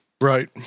right